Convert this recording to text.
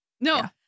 No